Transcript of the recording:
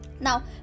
Now